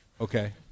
Okay